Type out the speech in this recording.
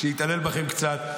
שיתעלל בכם קצת.